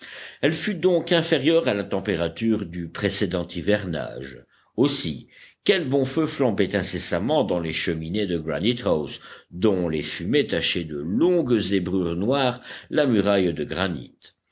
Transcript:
elle fut donc inférieure à la température du précédent hivernage aussi quel bon feu flambait incessamment dans les cheminées de granite house dont les fumées tachaient de longues zébrures noires la muraille de granit